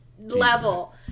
level